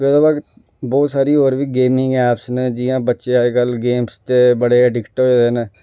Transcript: उ'दे बाद बहोत सारी होर बी गेमिंग ऐपस न जियां बच्चे अज्जकल गेमस च बड़े एडिक्ट होए दे न